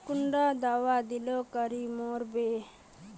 कुंडा दाबा दिले कीड़ा मोर बे?